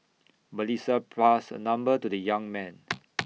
Melissa passed her number to the young man